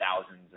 thousands